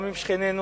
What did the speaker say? גם עם שכנינו